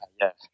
Yes